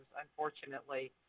unfortunately